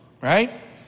right